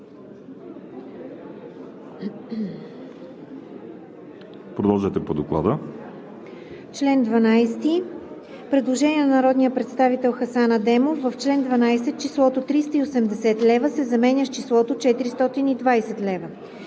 Продължете по Доклада.